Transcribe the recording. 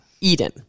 Eden